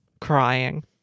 crying